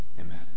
Amen